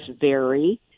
vary